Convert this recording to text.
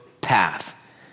path